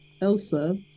Elsa